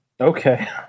Okay